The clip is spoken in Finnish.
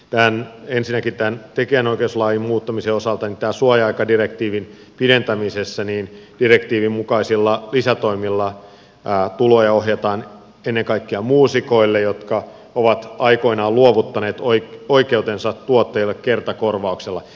ensinnäkin tämän tekijänoikeuslain muuttamisen osalta tässä suoja aikadirektiivin pidentämisessä direktiivin mukaisilla lisätoimilla tuloja ohjataan ennen kaikkea muusikoille jotka ovat aikoinaan luovuttaneet oikeutensa tuottajalle kertakorvauksella